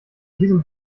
diesem